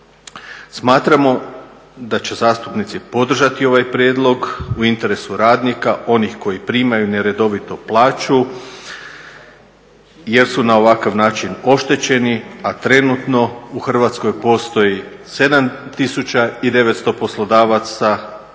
Smatramo da će zastupnici podržati ovaj prijedlog u interesu radnika onih koji primaju neredovito plaću jer su na ovakav način oštećeni a trenutno u Hrvatskoj postoji 7 tisuća i 900 poslodavaca